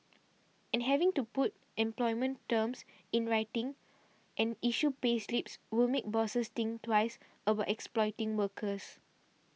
and having to put employment terms in writing and issue payslips will make bosses think twice about exploiting workers